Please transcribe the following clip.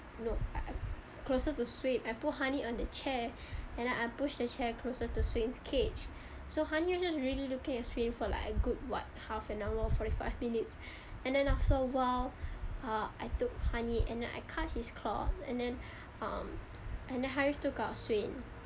no closer to swain I put honey on the chair and then I push the chair closer to swain's cage so honey was just really looking at swain for like a good what half an hour forty five minutes and then after a while ah I took honey and I cut his claw and then um and then harith took out swain